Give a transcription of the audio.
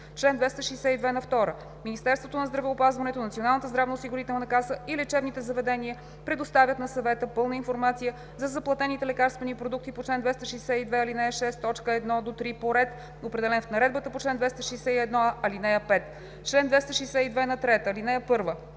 Чл. 262². Министерството на здравеопазването, Националната здравноосигурителна каса и лечебните заведения предоставят на съвета пълна информация за заплатените лекарствени продукти по чл. 262, ал. 6, т. 1 – 3 по ред, определен в наредбата по чл. 261а, ал. 5. Чл. 262³. (1) Притежателят